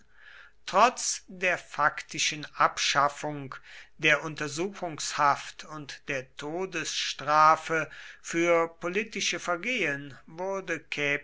trotz der faktischen abschaffung der untersuchungshaft und der todesstrafe für politische vergehen wurde